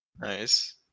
Nice